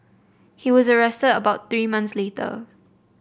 he was arrested about three months later